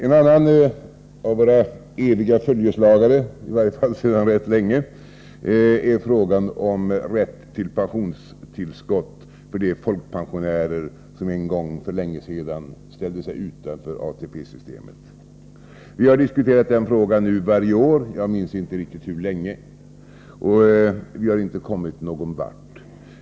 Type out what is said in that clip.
En annan av våra eviga följeslagare — i varje fall sedan rätt länge — är frågan om rätt till pensionstillskott för de folkpensionärer som en gång för länge sedan ställde sig utanför ATP-systemet. Vi har diskuterat den frågan varje år — jag minns inte riktigt hur länge — och vi har inte kommit någonvart.